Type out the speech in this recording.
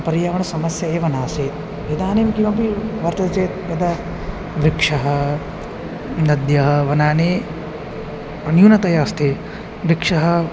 पर्यावरणसमस्या एव नासीत् इदानीं किमपि वर्तते चेत् यदा वृक्षः नद्यः वनानि न्यूनतया अस्ति वृक्षः